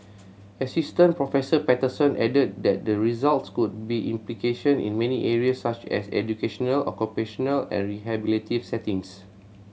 Assistant Professor Patterson added that the results could be implication in many areas such as educational occupational and rehabilitative settings